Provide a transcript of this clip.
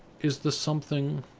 is the something